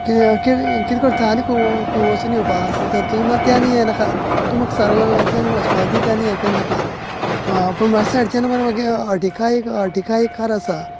कितें कितें कितें करता आनी आनी खंय खंय वचोन येवपा आसा तर तूं ना तें आनी हें नाका तूं म्हाका सारको तूं आनी वचपा बी तें आनी हें कन्नाका हय पूण म्हाज्या सायडीच्यान मरे मागीर अर्टिगा एक अर्टिगा एक कार आसा